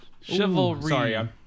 Chivalry